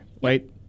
Wait